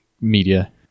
media